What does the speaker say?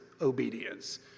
obedience